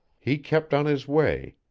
he kept on his way,